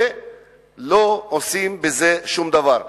ולא עושים בזה שום דבר.